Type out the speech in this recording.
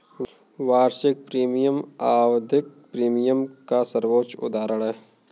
वार्षिक प्रीमियम आवधिक प्रीमियम का सर्वोत्तम उदहारण है